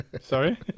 sorry